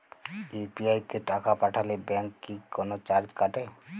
UPI তে টাকা পাঠালে ব্যাংক কি কোনো চার্জ কাটে?